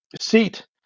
seat